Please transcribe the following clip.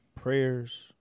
prayers